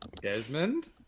Desmond